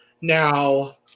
Now